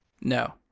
No